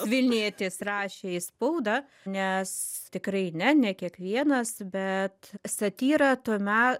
vilnietis rašė į spaudą nes tikrai ne ne kiekvienas bet satyra tuome